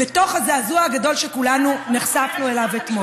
בתוך הזעזוע הגדול שכולנו נחשפנו אליו אתמול.